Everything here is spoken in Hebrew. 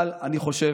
אבל אני חושב,